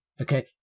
okay